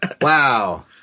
Wow